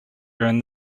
during